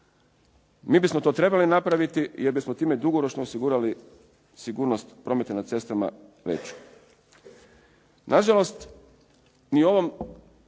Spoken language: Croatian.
Mi bismo to trebali napraviti jer bismo time dugoročno osigurali sigurnost prometa na cestama veću.